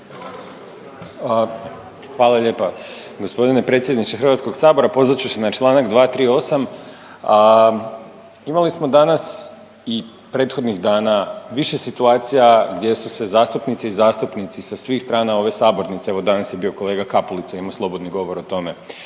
Hvala lijepa. Gospodine predsjedniče Hrvatskog sabora pozvat ću se na Članak 238., imali smo danas i prethodnih dana više situacija gdje su se zastupnici i zastupnici sa svih strane ove sabornice, evo danas je bio kolega Kapulica imao slobodni govor o tome,